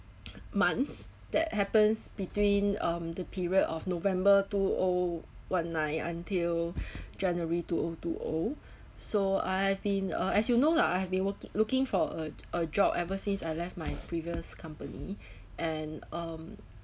months that happens between um the period of november two O one nine until january two O two O so I have been uh as you know lah I have been working looking for a a job ever since I left my previous company and um